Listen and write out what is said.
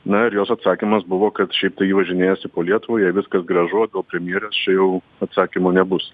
na ir jos atsakymas buvo kad šiaip tai ji važinėjasi po lietuvą jei viskas gražu premjeras čia jau atsakymo nebus